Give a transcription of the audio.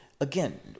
again